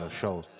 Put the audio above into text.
show